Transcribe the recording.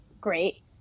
Great